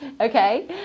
Okay